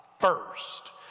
first